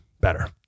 better